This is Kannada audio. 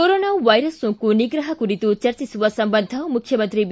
ಕೊರೊನಾ ವೈರಸ್ ಸೋಂಕು ನಿಗ್ರಹ ಕುರಿತು ಚರ್ಚಿಸುವ ಸಂಬಂಧ ಮುಖ್ಯಮಂತ್ರಿ ಬಿ